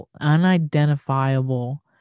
unidentifiable